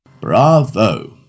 Bravo